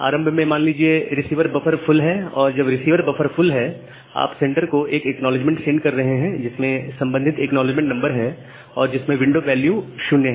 आरंभ में मान लीजिए रिसीवर बफर फुल है तो जब रिसीवर बफर फुल है आप सेंडर को एक एक्नॉलेजमेंट सेंड कर रहे हैं जिसमें संबंधित एक्नॉलेजमेंट नंबर है और जिसमें विंडो वैल्यू 0 है